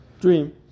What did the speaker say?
dream